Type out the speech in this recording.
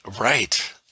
Right